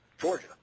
Georgia